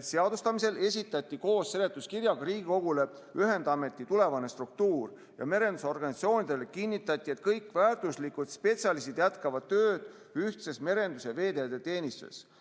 seadustamisel esitati koos seletuskirjaga Riigikogule ühendameti tulevane struktuur ja merendusorganisatsioonidele kinnitati, et kõik väärtuslikud spetsialistid jätkavad tööd ühtses Merendus- ja veeteede teenistuses.